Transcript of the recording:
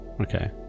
Okay